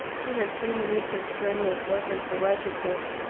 he had seen the need for strenuous work and for righteousness.